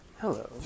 Hello